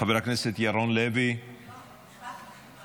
חבר הכנסת ירון לוי, לא נמצא.